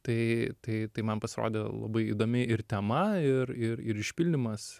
tai tai tai man pasirodė labai įdomi ir tema ir ir ir išpildymas